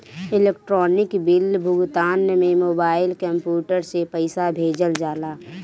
electronic bill भुगतान में mobile, computer से पईसा भेजल जाला